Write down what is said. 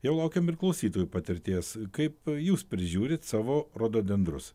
jau laukiam ir klausytojų patirties kaip jūs prižiūrit savo rododendrus